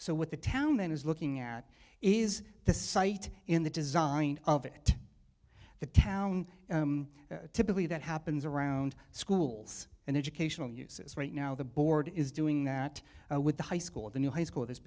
so what the town then is looking at is the site in the design of it the town typically that happens around schools and educational uses right now the board is doing that with the high school the new high school that's